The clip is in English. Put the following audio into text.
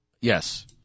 Yes